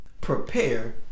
prepare